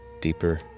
Deeper